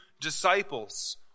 disciples